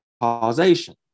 causation